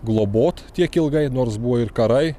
globot tiek ilgai nors buvo ir karai